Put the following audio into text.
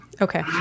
Okay